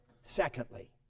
Secondly